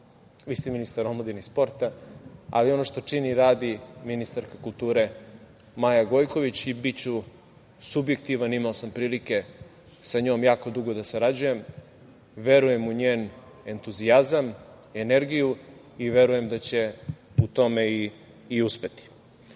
vi ste ministar omladine i sporta, ali ono što čini i radi ministar kulture Maja Gojković. Biću subjektivan, imao sam prilike sa njom jako dugo da sarađujem, verujem u njen entuzijazam, energiju i verujem da će u tome i uspeti. Deo